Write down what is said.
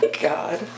God